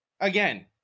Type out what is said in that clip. Again